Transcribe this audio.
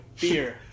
Beer